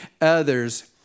others